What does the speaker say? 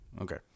Okay